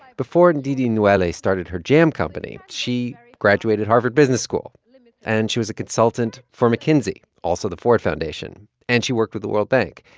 before ndidi nwuneli started her jam company, she graduated harvard business school, and she was a consultant for mckinsey, also the ford foundation. and she worked with the world bank.